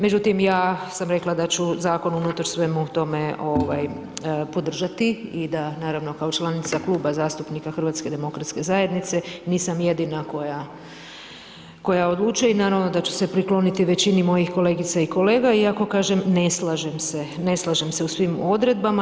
Međutim ja sam rekla da ću zakon unatoč svemu tome podržati i da naravno kao članica Kluba zastupnika HDZ-a nisam jedina koja odlučuje i naravno da ću se prikloniti većini mojih kolegica i kolega iako kažem ne slažem se, ne slažem se u svim odredbama.